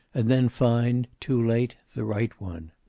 and then find, too late, the right one.